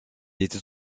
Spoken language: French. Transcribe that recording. était